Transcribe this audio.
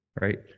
right